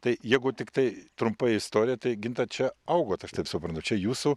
tai jeigu tiktai trumpai istoriją tai ginta čia augot aš taip suprantu čia jūsų